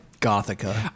Gothica